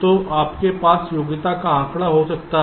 तो आपके पास योग्यता का आंकड़ा हो सकता है